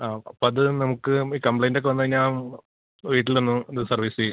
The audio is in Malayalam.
ആ അതു നമുക്ക് ഈ കംപ്ലെയ്ൻ്റൊക്കെ വന്നുകഴിഞ്ഞാല് വീട്ടിൽ നിന്ന് ഇത്